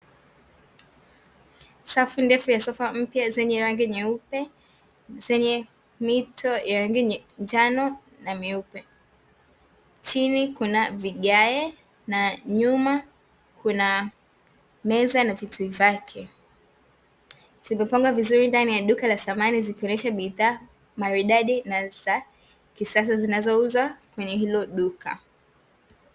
Safu ndefu ya sofa mpya zenye rangi nyeupe zenye mito ya rangi nyekundu, njano na meupe. Chini kuna vigae, na nyuma kuna meza na viti vyake; zimepanga vizuri ndani ya duka la samani zikuonesha bidhaa maridadi, na za kisasa zinazouzwa kwenye hilo duka.